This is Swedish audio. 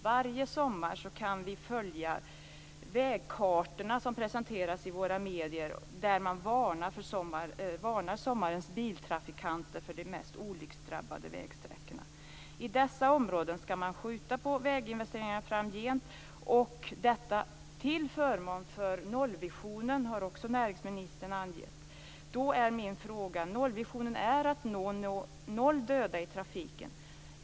Varje sommar kan vi följa vägkartorna som presenteras i våra medier där man varnar sommarens biltrafikanter för de mest olycksdrabbade vägsträckorna. I dessa områden skall man skjuta på väginvesteringarna framgent till förmån för nollvisionen, har näringsministern också angett. Då är min fråga: Nollvisionen är att nå noll döda i trafiken.